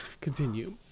Continue